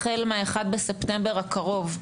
החל מה-1 בספטמבר הקרוב,